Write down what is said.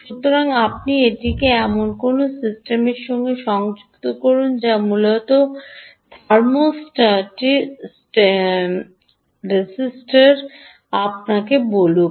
সুতরাং আপনি এটিকে এমন কোনও সিস্টেমে সংযুক্ত করুন যা মূলত থার্মিস্টরটি আমাদের বলুক